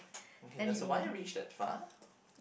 okay does the wire reach that far